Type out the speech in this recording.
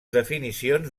definicions